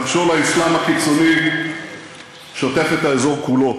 נחשול האסלאם הקיצוני שוטף את האזור כולו.